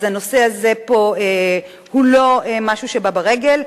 אז הנושא הזה פה הוא לא משהו שבא ברגל.